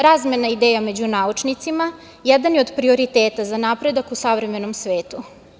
Razmena ideja među naučnicima jedan je od prioriteta za napredak u savremenom svetu.